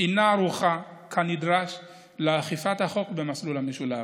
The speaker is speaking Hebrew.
אינה ערוכה כנדרש לאכיפת החוק במסלול המשולב,